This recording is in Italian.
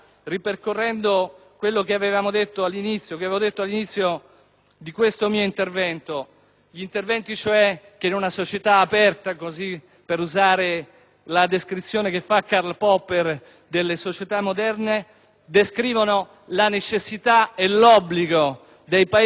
è necessario aggiungere che gli interventi in una società aperta - per usare la descrizione che fa Karl Popper delle società moderne - descrivono la necessità e l'obbligo dei Paesi avanzati e democratici di intervenire appunto sulle